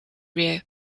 rear